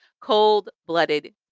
cold-blooded